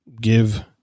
give